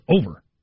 over